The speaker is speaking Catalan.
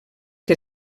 que